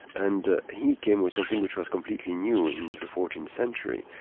and he came with something which was completely new in the fourteenth century,